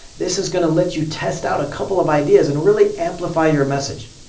this is going to let you test out a couple of ideas and really amplify your message.